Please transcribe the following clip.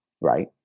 right